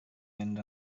mynd